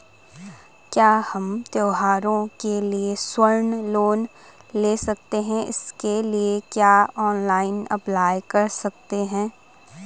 क्या हम त्यौहारों के लिए स्वर्ण लोन ले सकते हैं इसके लिए क्या ऑनलाइन अप्लाई कर सकते हैं?